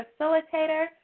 facilitator